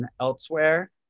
elsewhere